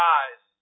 eyes